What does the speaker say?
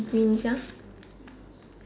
瞑想